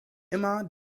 immer